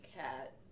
cat